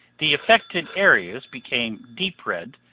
the affected areas became deep red,